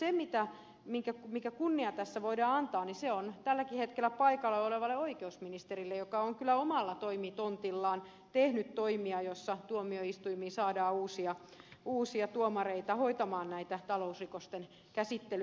mutta se kunnia mikä tässä voidaan antaa on tälläkin hetkellä paikalla olevalle oikeusministerille joka on kyllä omalla toimitontillaan tehnyt toimia joilla tuomioistuimiin saadaan uusia tuomareita hoitamaan talousrikosten käsittelyjä